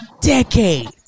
decade